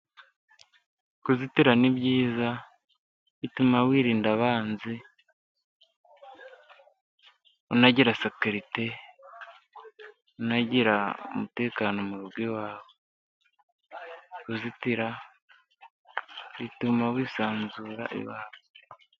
Kuzitira ni ibyiza, bituma wirinda abanzi, unagira sekirite, unagira umutekano mu rugo iwawe. Kuzitira bituma wisanzura iwawe.